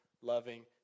loving